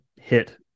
hit